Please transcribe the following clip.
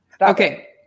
Okay